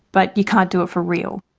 but you can't do it for real.